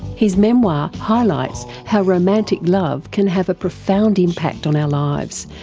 his memoir highlights how romantic love can have a profound impact on our lives,